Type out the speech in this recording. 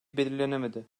belirlenemedi